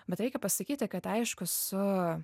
bet reikia pasakyti kad aišku su